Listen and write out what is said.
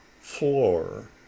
floor